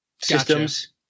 systems